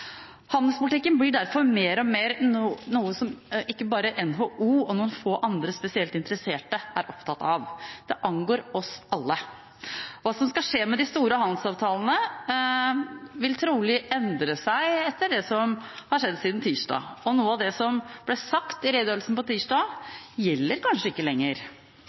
Handelspolitikken blir derfor mer og mer noe som ikke bare NHO og noen få andre spesielt interesserte er opptatt av. Det angår oss alle. Hva som skal skje med de store handelsavtalene, vil trolig endre seg etter det som har skjedd siden tirsdag. Noe av det som ble sagt i redegjørelsen på tirsdag, gjelder kanskje ikke lenger.